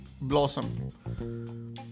blossom